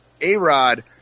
A-Rod